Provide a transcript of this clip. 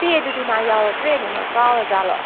ꯆꯦꯗꯨꯗꯤ ꯃꯥ ꯌꯥꯎꯔꯛꯇ꯭ꯔꯦꯅꯦ ꯃꯥ ꯀꯥꯎꯔꯖꯥꯠꯂꯣ